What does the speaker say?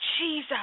Jesus